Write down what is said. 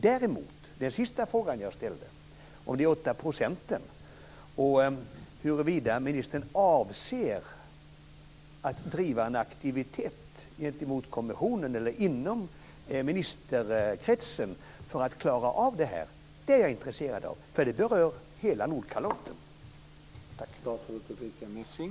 Däremot är jag intresserad av den sista frågan som jag ställde om de åtta procenten och huruvida ministern avser att driva en aktivitet gentemot kommissionen eller inom ministerkretsen för att klara av detta. Den frågan berör nämligen hela Nordkalotten.